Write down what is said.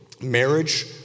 marriage